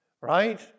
right